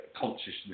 consciousness